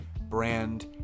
brand